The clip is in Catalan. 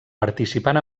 participant